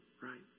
right